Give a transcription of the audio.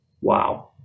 wow